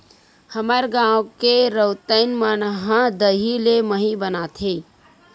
हमर गांव के रउतइन मन ह दही ले मही बनाथे